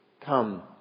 come